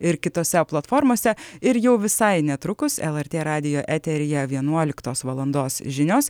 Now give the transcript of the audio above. ir kitose platformose ir jau visai netrukus lrt radijo eteryje vienuoliktos valandos žinios